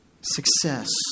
success